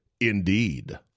Indeed